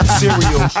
cereal